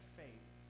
faith